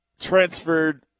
transferred